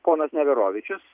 ponas neverovičius